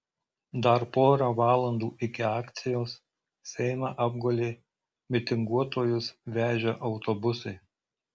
dar pora valandų iki akcijos seimą apgulė mitinguotojus vežę autobusai